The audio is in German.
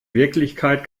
wirklichkeit